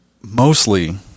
mostly